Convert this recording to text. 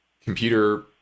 computer